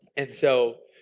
and so